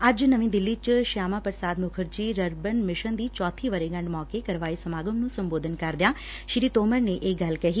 ਅੱਜ ਨਵੀਂ ਦਿੱਲੀ ਚ ਸ਼ਿਆਮਾ ਪ੍ਰਸਾਦ ਮੁੱਖਰਜੀ ਰਰਬਨ ਮਿਸ਼ਨ ਦੀ ਚੋਥੀ ਵਰੇਹੰਢ ਮੌਕੇ ਕਰਵਾਏ ਸਮਾਗਮ ਨੂੰ ਸੰਬੋਧਨ ਕਰਦਿਆਂ ਸ੍ਰੀ ਤੋਮਰ ਨੇ ਇਹ ਗੱਲ ਕਹੀ